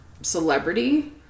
celebrity